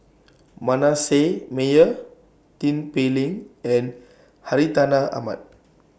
Manasseh Meyer Tin Pei Ling and Hartinah Ahmad